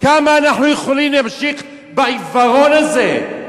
כמה אנחנו יכולים להמשיך בעיוורון הזה,